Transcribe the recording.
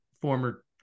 former